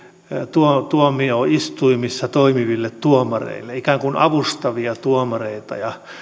tuomioistuimissa toimiville tuomareille ikään kuin avustavia tuomareita